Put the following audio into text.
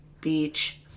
Beach